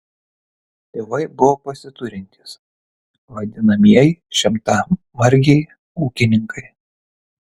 tėvai buvo pasiturintys vadinamieji šimtamargiai ūkininkai